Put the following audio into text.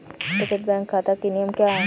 बचत बैंक खाता के नियम क्या हैं?